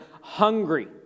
hungry